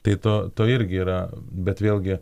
tai to to irgi yra bet vėlgi